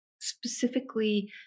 specifically